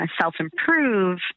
self-improve